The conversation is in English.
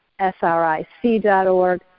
sric.org